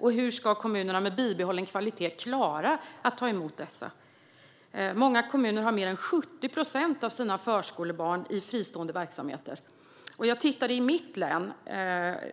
Hur ska kommunerna med bibehållen kvalitet klara att ta emot dessa elever? Många kommuner har mer än 70 procent av förskolebarnen i fristående verksamheter. Jag har tittat på några kommuner i mitt eget län.